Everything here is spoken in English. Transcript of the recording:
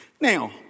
Now